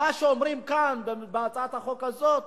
מה שאומרים כאן, בהצעת החוק הזאת,